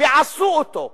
ועשו אותו.